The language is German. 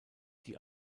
die